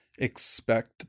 expect